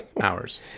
Hours